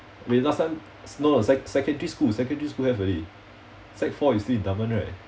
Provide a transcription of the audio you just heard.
they last time no sec~ secondary school secondary school have already sec four you still in taman right